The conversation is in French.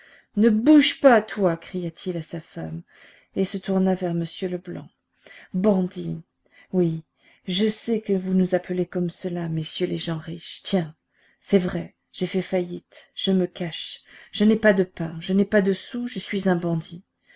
ne bouge pas toi cria-t-il à sa femme et se tournant vers m leblanc bandit oui je sais que vous nous appelez comme cela messieurs les gens riches tiens c'est vrai j'ai fait faillite je me cache je n'ai pas de pain je n'ai pas le sou je suis un bandit